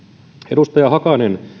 edustaja hakanen